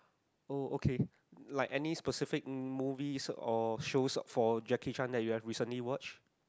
oh okay like any specific movies or shows for Jackie-Chan you had recently watched